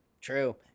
True